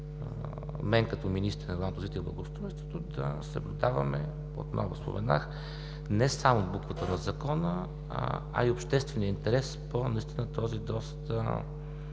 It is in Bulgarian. мен като министър на регионалното развитие и благоустройството, да съблюдаваме, отново споменах, не само буквата на Закона, а и обществения интерес по този доста